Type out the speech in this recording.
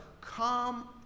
Come